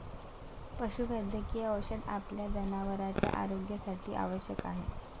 पशुवैद्यकीय औषध आपल्या जनावरांच्या आरोग्यासाठी आवश्यक आहे